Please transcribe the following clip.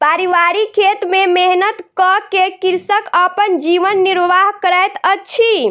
पारिवारिक खेत में मेहनत कअ के कृषक अपन जीवन निर्वाह करैत अछि